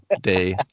day